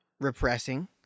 repressing